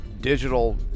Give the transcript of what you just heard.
digital